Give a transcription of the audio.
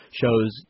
shows